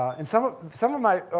and some of some of my,